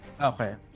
Okay